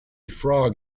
frog